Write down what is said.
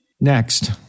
Next